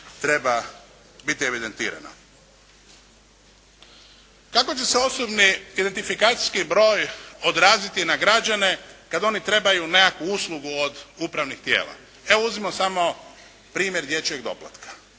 treba biti evidentirana. Kako će se osobni identifikacijski broj odraziti na građane kad oni trebaju nekakvu uslugu od upravnih tijela. Evo, uzmimo samo primjer dječjeg doplatka.